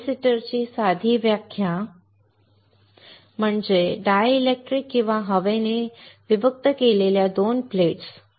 कॅपेसिटरची साधी व्याख्या म्हणजे डायलेक्ट्रिक किंवा हवेने विभक्त केलेल्या 2 प्लेट्स